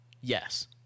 Yes